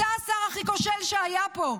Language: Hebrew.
"אתה השר הכי כושל שהיה פה".